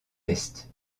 est